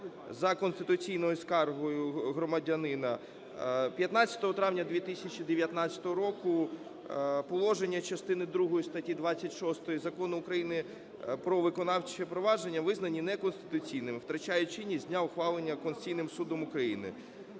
за конституційною скаргою громадянина 15 травня 2019 року положення частини другої статті 26 Закону України "Про виконавче провадження" визнані неконституційними, втрачають чинність з дня ухвалення Конституційним Судом України.